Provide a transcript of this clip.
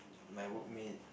my work mate